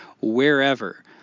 wherever